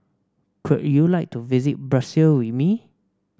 could you like to visit Brussels with me